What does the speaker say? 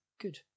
good